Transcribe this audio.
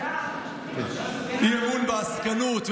אי-אמון בעסקות,